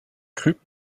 krupp